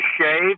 shave